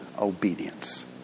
obedience